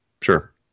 Sure